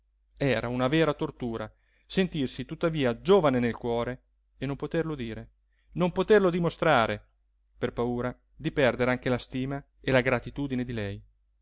era una vera tortura sentirsi tuttavia giovane nel cuore e non poterlo dire non poterlo dimostrare per paura di perdere anche la stima e la gratitudine di lei